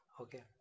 okay